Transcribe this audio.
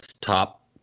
top